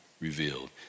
revealed